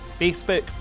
Facebook